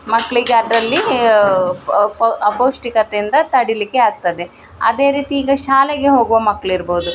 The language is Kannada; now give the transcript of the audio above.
ಮಕ್ಳಿಗೆ ಅದರಲ್ಲಿ ಅಪೌಷ್ಟಿಕತೆಯಿಂದ ತಡೀಲಿಕ್ಕೆ ಆಗ್ತದೆ ಅದೇ ರೀತಿ ಈಗ ಶಾಲೆಗೆ ಹೋಗುವ ಮಕ್ಕಳಿರ್ಬೋದು